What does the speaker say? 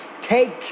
take